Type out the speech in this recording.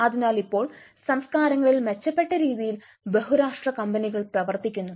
അതിനാൽ ഇപ്പോൾ സംസ്കാരങ്ങളിൽ മെച്ചപ്പെട്ട രീതിയിൽ ബഹുരാഷ്ട്ര കമ്പനികൾ എം എൻ സി പ്രവർത്തിക്കുന്നു